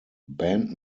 band